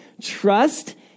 trust